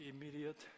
immediate